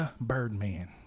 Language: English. Birdman